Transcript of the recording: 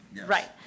Right